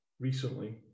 recently